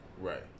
Right